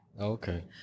Okay